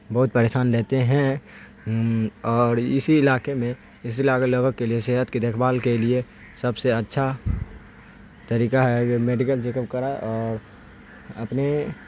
بہت پریشان رہتے ہیں اور اسی علاقے میں اس علاقے کے لوگوں کے لیے صحت کی دیکھ بھال کے لیے سب سے اچھا طریقہ ہے یہ میڈیکل چیک اپ کرا اور اپنے